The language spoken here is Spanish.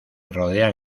rodean